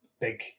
big